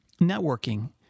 networking